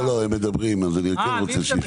לא, לא, הם מדברים, אז אני כן רוצה שישמעו.